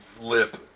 lip